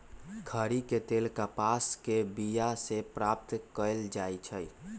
खरि के तेल कपास के बिया से प्राप्त कएल जाइ छइ